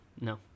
no